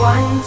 One